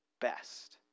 best